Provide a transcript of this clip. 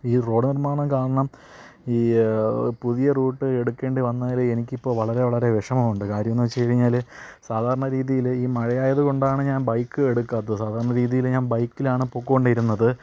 ഈ റോഡ് നിർമ്മാണം കാരണം ഈ പുതിയ റൂട്ട് എടുക്കേണ്ടി വന്നതിൽ എനിക്കിപ്പോൾ വളരെ വളരെ വിഷമമുണ്ട് കാര്യംന്ന് വച്ച് കഴിഞ്ഞാൽ സാധാരണ രീതീൽ ഈ മഴയായത് കൊണ്ടാണ് ഞാൻ ബൈക്ക് എടുക്കാത്തത് സാധാരണ രീതീൽ ഞാൻ ബൈക്കിലാണ് പോയിക്കൊണ്ടിരുന്നത്